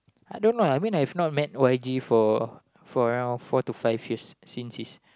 I don't know I mean I've not met Y J for for around four to five years since his